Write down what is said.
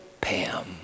Pam